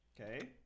Okay